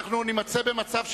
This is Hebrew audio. אנחנו נימצא במצב שבו,